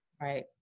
Right